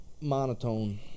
monotone